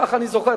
כך אני זוכר,